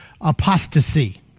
apostasy